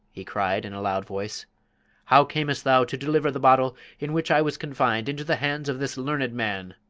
he cried, in a loud voice how camest thou to deliver the bottle in which i was confined into the hands of this learned man?